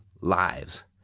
lives